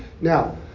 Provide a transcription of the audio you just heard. Now